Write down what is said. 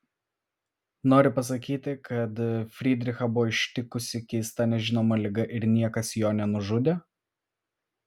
nori pasakyti kad frydrichą buvo ištikusi keista nežinoma liga ir niekas jo nenužudė